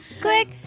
click